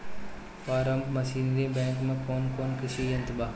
Form machinery bank में कौन कौन कृषि यंत्र बा?